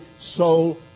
soul